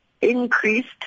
increased